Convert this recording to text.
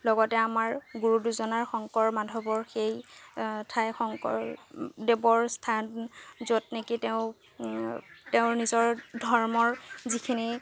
লগতে আমাৰ গুৰু দুজনাৰ শংকৰ মাধৱৰ সেই ঠাই শংকৰদেৱৰ স্থান য'ত নেকি তেওঁ তেওঁ নিজৰ ধৰ্মৰ যিখিনি